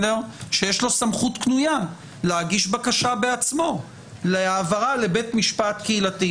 שיש לו סמכות קנויה להגיש בקשה בעצמו להעברה לבית משפט קהילתי,